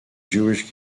jewish